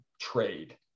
trade